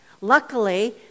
Luckily